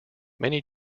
many